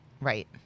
Right